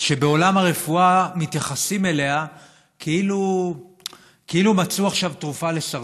שבעולם הרפואה מתייחסים אליה כאילו מצאו עכשיו תרופה לסרטן,